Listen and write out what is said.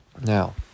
Now